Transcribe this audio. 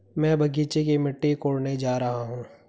मैं बगीचे की मिट्टी कोडने जा रहा हूं